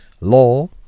law